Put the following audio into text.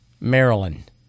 Maryland